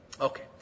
Okay